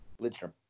Lidstrom